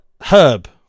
Herb